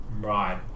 Right